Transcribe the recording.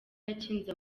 yakinze